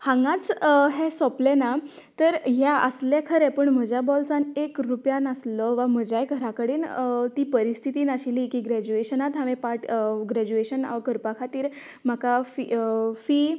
हांगाच हें सोंपलें ना तर हें आसले खरें पूण म्हज्या बोल्सांत एक रुपया नासलो वा म्हज्याय घरां कडेन ती परिस्थिती नाशिल्ली की ग्रेज्युएशनांत हांवेन पार्ट ग्रेज्युएशन करपा खातीर म्हाका फी फी